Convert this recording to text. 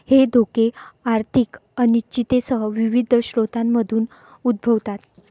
हे धोके आर्थिक अनिश्चिततेसह विविध स्रोतांमधून उद्भवतात